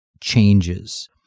changes